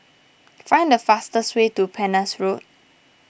find the fastest way to Penhas Road